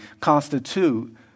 constitute